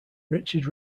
richard